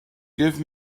give